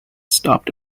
stopped